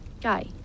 guy